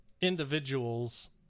individuals